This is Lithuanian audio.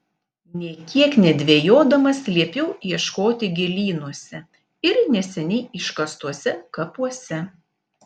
nė kiek nedvejodamas liepiau ieškoti gėlynuose ir neseniai iškastuose kapuose